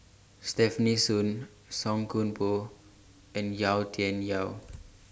Stefanie Sun Song Koon Poh and Yau Tian Yau